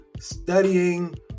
studying